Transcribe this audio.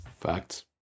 facts